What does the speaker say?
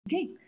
Okay